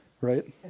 right